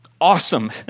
Awesome